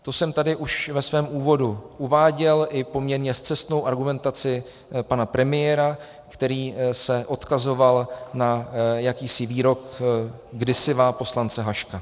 Už jsem tady ve svém úvodu uváděl i poměrně scestnou argumentaci pana premiéra, který se odkazoval na jakýsi výrok kdysivá poslance Haška.